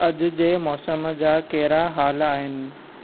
अॼुु जे मौसम जा कहिड़ा हाल आहिनि